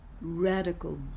radical